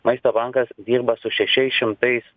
maisto bankas dirba su šešiais šimtais